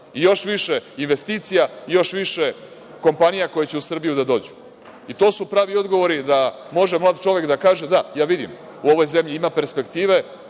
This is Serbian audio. još više investicija, još više kompanija koje će u Srbiju da dođu. To su pravi odgovori da može mlad čovek da kaže da vidi da u ovoj zemlji ima perspektive